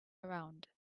around